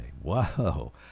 Wow